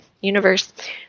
universe